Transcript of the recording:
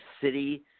city